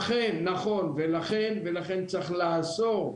אכן, נכון, לכן צריך לאסור,